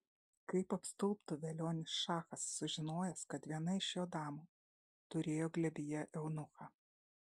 kaip apstulbtų velionis šachas sužinojęs kad viena iš jo damų turėjo glėbyje eunuchą